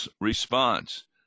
response